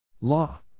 Law